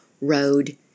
road